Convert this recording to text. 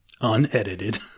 Unedited